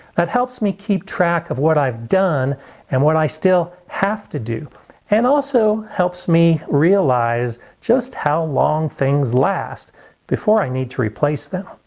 that helps me keep track of what i've done and what i still have to do and also helps me realize just how long things last before i need to replace them.